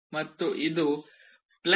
ಮತ್ತು ಇದು 0